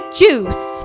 juice